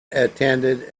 attended